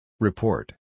Report